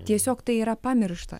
tiesiog tai yra pamiršta